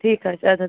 ٹھیٖک حظ چھُ اَدٕ حظ